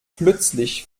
plötzlich